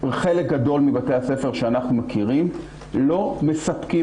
חלק גדול מבתי הספר שאנחנו מכירים לא מספקים